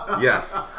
Yes